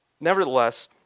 nevertheless